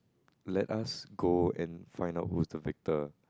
let us go and find out who's the victor